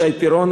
שי פירון,